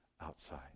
outside